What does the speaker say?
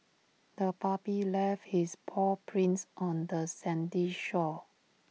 the puppy left his paw prints on the sandy shore